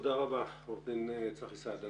תודה רבה, עורך דין צחי סעד.